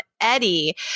Eddie